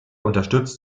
unterstützt